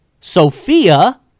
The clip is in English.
Sophia